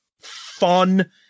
fun